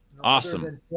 Awesome